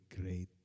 great